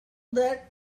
that